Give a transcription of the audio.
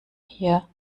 hier